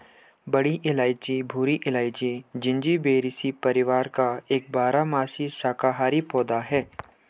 बड़ी इलायची भूरी इलायची, जिंजिबेरेसी परिवार का एक बारहमासी शाकाहारी पौधा है